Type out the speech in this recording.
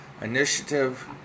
initiative